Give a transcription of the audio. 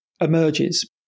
emerges